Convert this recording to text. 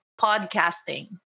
podcasting